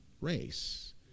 race